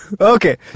Okay